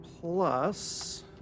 plus